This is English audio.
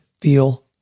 feel